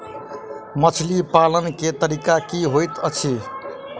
मछली पालन केँ तरीका की होइत अछि?